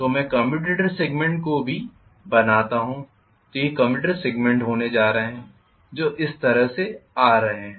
तो मैं commutator segment को भी बनाता हूं तो ये कम्यूटेटर सेगमेंट होने जा रहे हैं जो इस तरह से आ रहे हैं